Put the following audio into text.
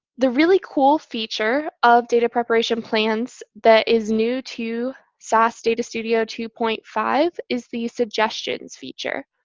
the really cool feature of data preparation plans that is new to sas data studio two point five is the suggestions feature.